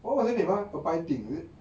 what was their name ah a pie thing is it